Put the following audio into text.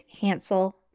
Hansel